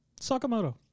Sakamoto